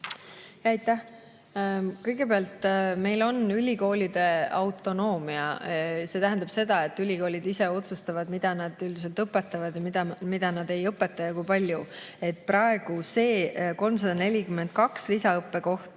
Aitäh! Kõigepealt, meil on ülikoolide autonoomia. See tähendab seda, et ülikoolid ise otsustavad, mida nad õpetavad ja mida nad ei õpeta ja kui palju [õpetavad]. Need 342 lisaõppekohta